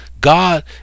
God